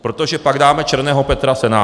Protože pak dáme černého Petra Senátu.